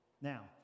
Now